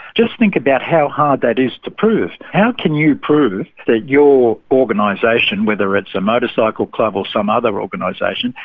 just think about how hard that is to prove. how can you prove that your organisation, whether it's a motorcycle club or some other organisation,